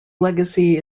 legacy